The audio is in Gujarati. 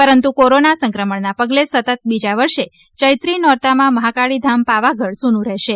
પરંતુ કોરોના સંક્રમણના પગલે સતત બીજા વર્ષે ચૈત્રી નોરતાંમાં મહાકાળી ધામ પાવાગઢ સૂનું રહેશે